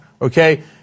Okay